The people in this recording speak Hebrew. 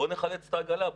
בואו נחלץ את העגלה,